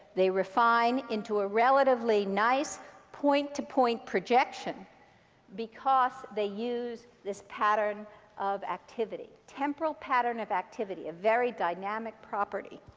they refine into a relatively nice point to point projection because they use this pattern of activity temporal pattern of activity, a very dynamic property.